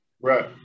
Right